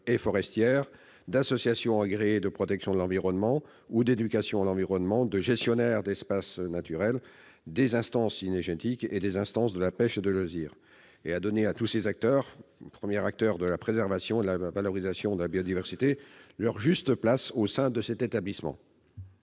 et forestières, d'associations agréées de protection de l'environnement ou d'éducation à l'environnement, des gestionnaires d'espaces naturels, des instances cynégétiques et des instances de la pêche de loisir », et de donner ainsi à toutes ces parties, premiers acteurs de la préservation et de la valorisation de la biodiversité, leur juste place au sein de l'établissement.